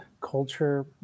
culture